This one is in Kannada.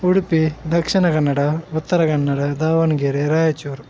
ಉಡುಪಿ ದಕ್ಷಿಣ ಕನ್ನಡ ಉತ್ತರ ಕನ್ನಡ ದಾವಣಗೆರೆ ರಾಯಚೂರು